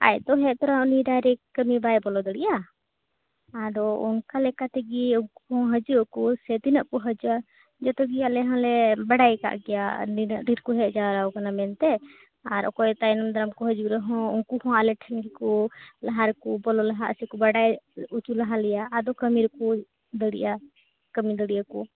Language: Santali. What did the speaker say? ᱟᱫᱚ ᱦᱮᱡ ᱛᱚᱨᱟ ᱩᱱᱤ ᱰᱟᱭᱨᱮᱴ ᱠᱟᱹᱢᱤ ᱵᱟᱭ ᱵᱚᱞᱚ ᱫᱟᱲᱮᱭᱟᱜᱼᱟ ᱟᱫᱚ ᱚᱱᱠᱟ ᱞᱮᱠᱟ ᱛᱮᱜᱤ ᱩᱱᱠᱩ ᱦᱚᱸ ᱦᱟᱹᱡᱩᱜ ᱟᱠᱚ ᱥᱮ ᱛᱤᱱᱟᱹᱜ ᱠᱚ ᱦᱟᱹᱡᱩᱜᱼᱟ ᱡᱚᱛᱚ ᱜᱮ ᱟᱞᱮ ᱦᱚᱞᱮ ᱵᱟᱲᱟᱭ ᱟᱠᱟᱫ ᱜᱮᱭᱟ ᱱᱤᱱᱟᱹᱜ ᱰᱷᱮᱨ ᱠᱚ ᱦᱮᱡ ᱡᱟᱣᱨᱟ ᱟᱠᱟᱱᱟ ᱢᱮᱱᱛᱮ ᱟᱨ ᱚᱠᱚᱭ ᱛᱟᱭᱱᱚᱢ ᱫᱟᱨᱟᱢ ᱠᱚ ᱦᱟᱹᱡᱩᱜ ᱨᱮᱦᱚᱸ ᱩᱱᱠᱩᱦᱚᱸ ᱟᱞᱮ ᱴᱷᱮᱱ ᱜᱮᱠᱚ ᱞᱟᱦᱟ ᱨᱮᱠᱚ ᱵᱚᱞᱚ ᱞᱟᱦᱟᱜ ᱟᱥᱮ ᱵᱟᱰᱟᱭ ᱦᱚᱪᱚ ᱞᱮᱭᱟ ᱟᱫᱚ ᱠᱟᱹᱢᱤ ᱨᱮᱠᱚ ᱫᱟᱲᱮᱜᱼᱟ ᱠᱟᱹᱢᱤ ᱫᱟᱲᱮᱜ ᱟᱠᱚ